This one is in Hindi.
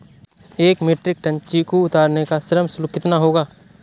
एक मीट्रिक टन चीकू उतारने का श्रम शुल्क कितना होगा?